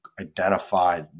identify